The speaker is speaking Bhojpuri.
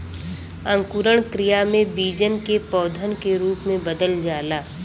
अंकुरण क्रिया में बीजन के पौधन के रूप में बदल जाला